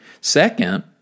Second